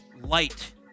light